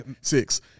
Six